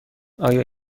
آیا